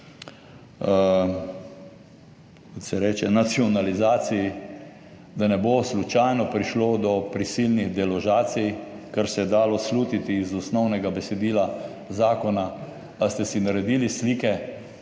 kot se reče, nacionalizaciji, da ne bo slučajno prišlo do prisilnih deložacij, kar se je dalo slutiti iz osnovnega besedila zakona, ali ste si naredili slike,